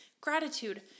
gratitude